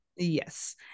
Yes